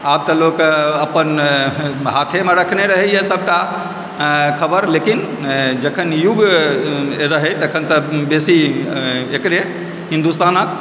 आब तऽ लोक अपन हाथेमे रखने रहैए सबटा खबर लेकिन जखन युग रहै तखन तऽ बेसी एकरे हिन्दुस्तानके